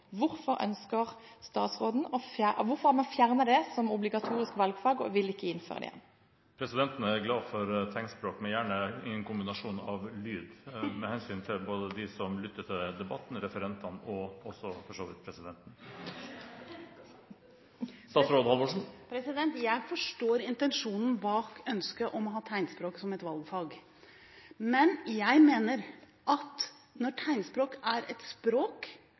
hvorfor har man da fjernet det som obligatorisk valgfag, og hvorfor vil man ikke gjeninnføre det? Presidenten er glad for tegnspråk, men gjerne i kombinasjon med lyd, både av hensyn til dem som lytter til debatten, av hensyn til referentene, og for så vidt også av hensyn til presidenten. Jeg forstår intensjonen bak ønsket om å ha tegnspråk som et valgfag. Men jeg mener at når tegnspråk er et språk,